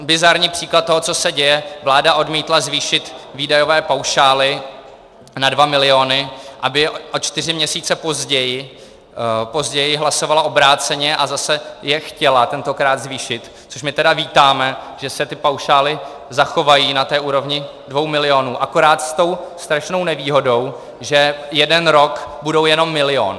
Bizarní příklad toho, co se děje: vláda odmítla zvýšit výdajové paušály na dva miliony, aby je o čtyři měsíce později hlasovala obráceně, a zase je chtěla tentokrát zvýšit, což my tedy vítáme, že se ty paušály zachovají na úrovni dvou milionů, akorát s tou strašnou nevýhodou, že jeden rok budou jenom milion.